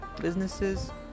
businesses